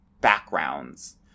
backgrounds